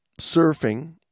surfing